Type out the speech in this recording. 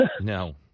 No